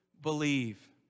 believe